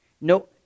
no